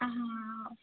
ಹಾಂ ಹಾಂ ಹಾಂ ಹಾಂ